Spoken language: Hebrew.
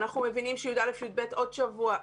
אנחנו מבינים שי"א-י"ב עוד שבוע,